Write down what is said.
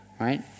right